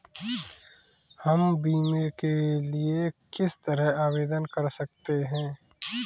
हम बीमे के लिए किस तरह आवेदन कर सकते हैं?